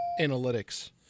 analytics